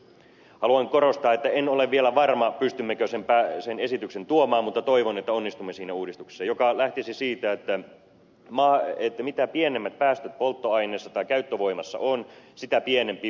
haluan korostaa että en ole vielä varma pystymmekö sen esityksen tuomaan mutta toivon että onnistumme siinä uudistuksessa joka lähtisi siitä että mitä pienemmät päästöt polttoaineessa tai käyttövoimassa on sitä pienempi vero